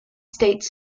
states